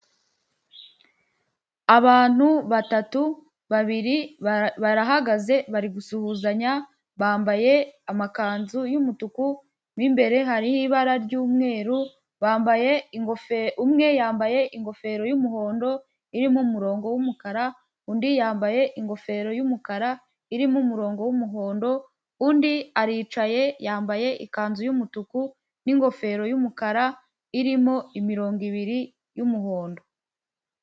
Abantu batatu babiri barahagaze bari gusuhuzanya bambaye amakanzu y'umutuku w'imbere hariho ibara ry'umweru bambaye ingofero umwe yambaye ingofero y'umuhondo irimo umurongo wumukara undi yambaye ingofero y'umukara irimo umurongo w'umuhondo undi aricaye yambaye ikanzu y'umutuku n'ingofero y'umukara irimo imirongo ibiri y'umuhondo.